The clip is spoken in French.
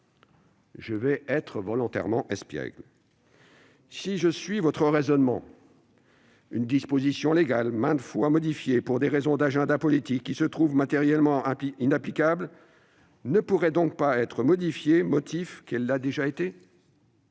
Je vais être volontairement espiègle : si je suis votre raisonnement, une disposition légale, maintes fois modifiée pour des raisons d'agenda politique et qui se trouve matériellement inapplicable, ne pourrait pas être modifiée, au motif qu'elle l'a déjà été.